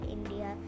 India